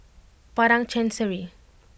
Padang Chancery